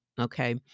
Okay